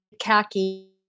khaki